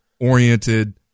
oriented